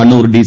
Kannur D